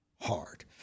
hard